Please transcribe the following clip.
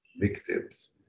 victims